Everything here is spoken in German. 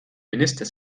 minister